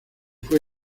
fue